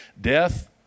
Death